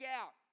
out